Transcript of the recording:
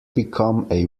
become